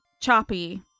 choppy